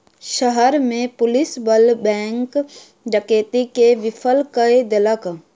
शहर में पुलिस बल बैंक डकैती के विफल कय देलक